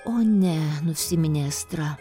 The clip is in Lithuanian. o ne nusiminė astra